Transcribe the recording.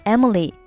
Emily” 。